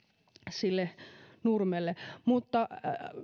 sille nurmelle mutta